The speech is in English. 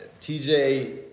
TJ